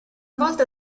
volta